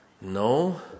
no